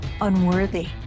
unworthy